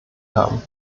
haben